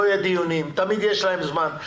לא יהיו דיונים" תמיד יש להם זמן,